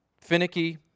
finicky